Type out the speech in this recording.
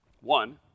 One